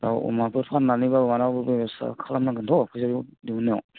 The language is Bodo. दाव अमाफोर फाननानैबाबो खालामनांगोनथ' फैसाखौ दिहुन्नायाव